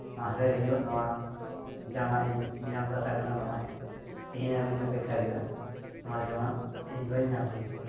ᱢᱟᱦᱫᱮᱨ ᱦᱤᱞᱚᱜ ᱱᱚᱣᱟ ᱡᱟᱢᱟ ᱤᱧ ᱧᱟᱢ ᱠᱟᱛᱷᱟ ᱠᱟᱱᱟ ᱱᱚᱜᱼᱚᱭ ᱛᱮᱦᱤᱧ ᱦᱟᱹᱵᱤᱡ ᱤᱧ ᱚᱯᱮᱠᱠᱷᱟ ᱠᱮᱫᱟ ᱱᱚᱣᱟ ᱡᱟᱢᱟ ᱤᱧ ᱵᱟᱹᱧ ᱧᱟᱢ ᱠᱟᱫᱟ